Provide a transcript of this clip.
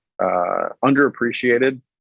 underappreciated